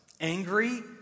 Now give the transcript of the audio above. angry